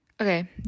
Okay